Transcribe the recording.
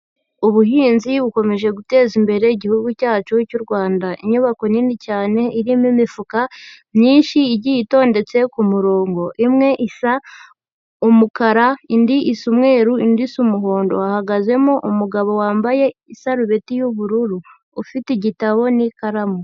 Ubuhinzi bukomeje guteza imbere igihugu cyacu cy'u Rwanda, inyubako nini cyane irimo imifuka myinshi igiye itondetse ku murongo, imwe isa umukara, indi isa umweru, indi isa umuhondo, hahagazemo umugabo wambaye isarubeti y'ubururu ufite igitabo n'ikaramu.